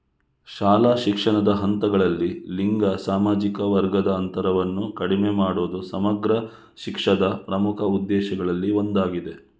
ಶಾಲಾ ಶಿಕ್ಷಣದ ಹಂತಗಳಲ್ಲಿ ಲಿಂಗ ಸಾಮಾಜಿಕ ವರ್ಗದ ಅಂತರವನ್ನು ಕಡಿಮೆ ಮಾಡುವುದು ಸಮಗ್ರ ಶಿಕ್ಷಾದ ಪ್ರಮುಖ ಉದ್ದೇಶಗಳಲ್ಲಿ ಒಂದಾಗಿದೆ